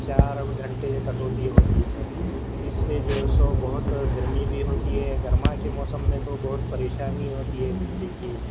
چار گھنٹے کٹوتی ہوتی ہے اس سے جو سو بہت گرمی بھی ہوتی ہے گرما کے موسم میں تو بہت پریشانی ہوتی ہے بجلی کی